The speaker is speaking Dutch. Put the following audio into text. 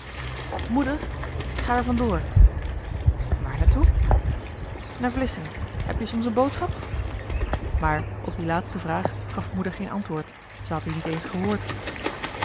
k ga er van door waar naar toe naar vlissingen heb-je soms een boodschap joh h been paddeltje de scheepsjongen van michiel de ruijter maar op die laatste vraag gaf moeder geen antwoord ze had die niet eens gehoord